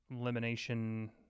elimination